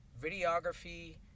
videography